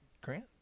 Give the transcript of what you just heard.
Grant